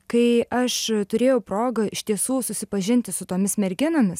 kai aš turėjau progą iš tiesų susipažinti su tomis merginomis